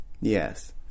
yes